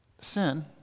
Sin